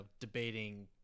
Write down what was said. debating –